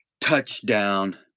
Touchdown